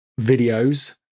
videos